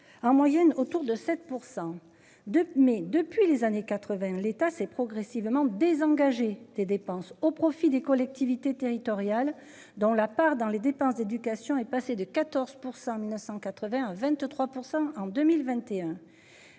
En moyenne autour de 7% de. Mais depuis les années 80, l'État s'est progressivement désengagé des dépenses au profit des collectivités territoriales, dont la part dans les dépenses d'éducation est passée de 14 100 100.981 23 % en 2021.